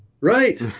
right